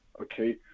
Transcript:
okay